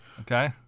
Okay